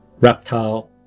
reptile